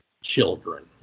children